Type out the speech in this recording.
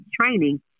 training